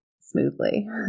smoothly